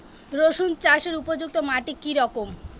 রুসুন চাষের উপযুক্ত মাটি কি রকম?